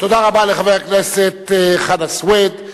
תודה רבה לחבר הכנסת חנא סוייד.